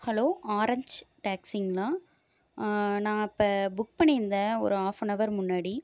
hello orange டேக்ஸிங்களா நான் இப்போ புக் பண்ணிருந்தேன் ஒரு ஹாஃப்பனவர் முன்னாடி